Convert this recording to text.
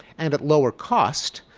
and at lower cost,